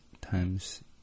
times